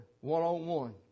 one-on-one